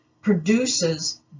produces